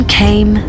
came